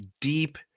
deep